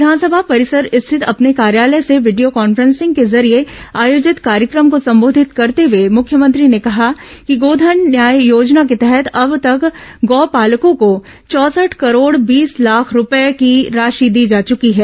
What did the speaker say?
विधानसभा परिसर स्थित अपने कार्यालय से वीडियो कॉन्फ्रेंसिंग के जरिये आयोजित कार्यक्रम को संबोधित करते हुए मुख्यमंत्री ने कहा कि गोधन न्याय योजना के तहत अब तक गौ पालकों को चौंसठ करोड़ बीस लाख रूपये की राशि दी जा चुकी है